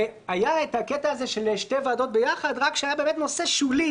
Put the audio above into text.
והיה את הקטע הזה של שתי ועדות ביחד רק כשהיה נושא שולי.